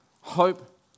hope